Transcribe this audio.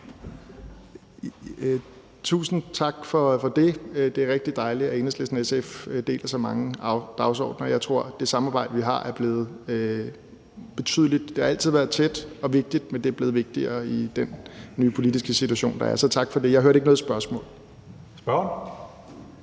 Tusind tak for det. Det er rigtig dejligt, at Enhedslisten og SF deler så mange dagsordener. Det samarbejde, vi har, har altid været tæt og vigtigt, men det er blevet vigtigere i den nye politiske situation, der er, så tak for det. Jeg hørte ikke noget spørgsmål. Kl.